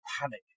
panic